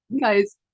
Guys